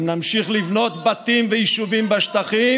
האם נמשיך לבנות בתים ויישובים בשטחים,